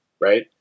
Right